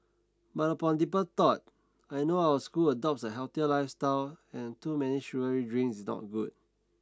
but upon deeper thought I know our school adopts a healthier lifestyle and too many sugary drinks is not good